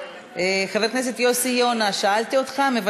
חבר הכנסת יוסי יונה, מוותר.